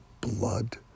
blood